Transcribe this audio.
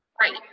Right